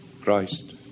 Christ